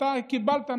אתה קיבלת,